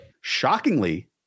Shockingly